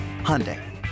Hyundai